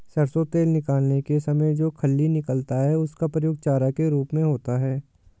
सरसों तेल निकालने के समय में जो खली निकलता है उसका प्रयोग चारा के रूप में होता है